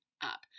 up